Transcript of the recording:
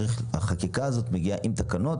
החקיקה הזו מגיעה עם תקנות,